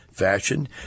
Fashion